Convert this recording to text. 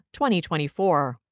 2024